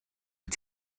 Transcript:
wyt